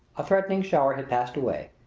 a threatening shower had passed away.